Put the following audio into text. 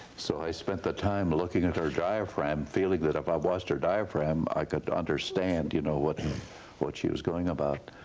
so i spent the time looking at her diaphragm, feeling that if i watched her diaphragm i could understand you know what what she was going about.